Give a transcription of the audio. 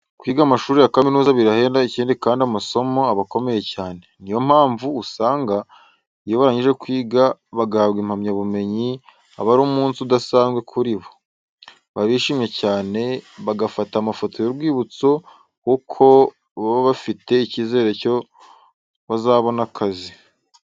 Kwiga amashuri ya kaminuza birahenda ikindi kandi amasomo aba akomeye cyane, niyo mpamvu usanga iyo abanyeshuri barangije kwiga bagahabwa impamya bumenyi aba ari umunsi udasanzwe kuri bo. Baba bishimye cyane, bagafata amafoto y'urwibutso kuko baba bafite icyizere ko bazabona akazi.